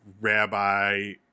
rabbi